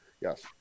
yes